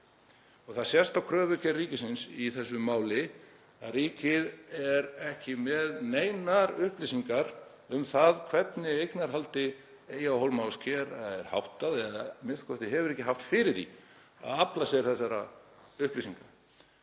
Það sést á kröfugerð ríkisins í þessu máli að ríkið er ekki með neinar upplýsingar um það hvernig eignarhaldi eyja, hólma og skerja er háttað eða hefur a.m.k. ekki haft fyrir því að afla sér þessara upplýsinga.